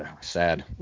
sad